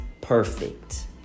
perfect